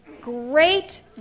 great